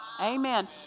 Amen